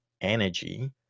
energy